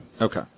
Okay